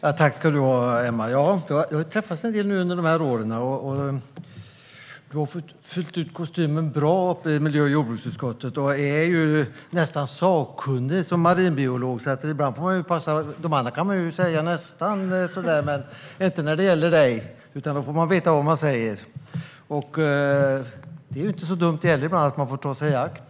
Fru talman! Tack själv, Emma! Ja, vi har träffats en del under dessa år. Du har fyllt ut kostymen bra i miljö och jordbruksutskottet, och du är ju som marinbiolog nästan sakkunnig. Ibland får man passa sig. Till de andra kan man säga nästan vad som helst, men det gäller inte dig. Då får man veta vad man säger. Det är inte så dumt att man ibland får ta sig i akt.